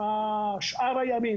שאר הימים,